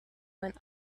went